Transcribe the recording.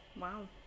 Wow